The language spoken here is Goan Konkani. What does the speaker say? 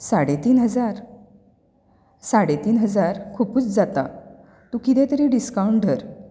साडेतीन हजार साडेतीन हजार खुबूच जाता तूं कितें तरी डिस्काउन्ट धर